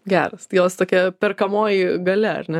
geras tai jos tokia perkamoji galia ar ne